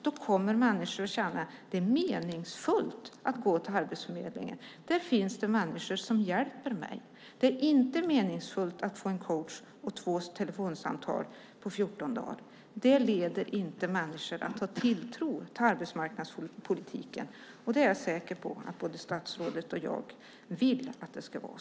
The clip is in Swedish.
Då kommer människor att kunna känna att det är meningsfullt att gå till Arbetsförmedlingen, att där finns människor som hjälper dem. Det är inte meningsfullt att få en coach och två telefonsamtal på fjorton dagar. Det leder inte till att människor har tilltro till arbetsmarknadspolitiken, något som jag är säker på att både statsrådet och jag vill att de ska ha.